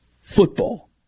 football